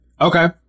okay